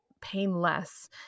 painless